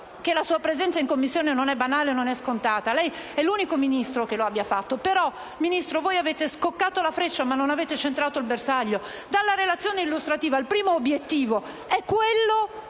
la sua presenza in Commissione non è banale, né scontata; lei è l'unico Ministro che l'abbia fatto. Però, signora Ministro, voi avete scoccato la freccia, ma non avete centrato il bersaglio. Dalla relazione illustrativa risulta che il primo obiettivo è quello della